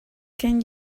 can